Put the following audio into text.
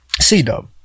C-Dub